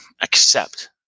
accept